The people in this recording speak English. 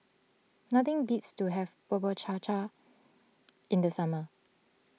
nothing beats to having Bubur Cha Cha in the summer